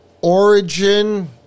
origin